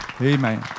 Amen